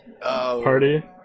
party